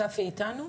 צפי איתנו?